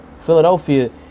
Philadelphia